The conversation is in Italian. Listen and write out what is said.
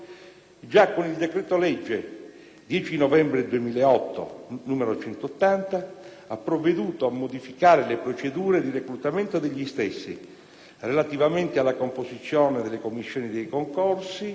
già con il decreto-legge 10 novembre 2008, n. 180, ha provveduto a modificare le procedure di reclutamento degli stessi, relativamente alla composizione delle commissioni dei concorsi